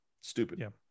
stupid